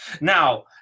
Now